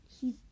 He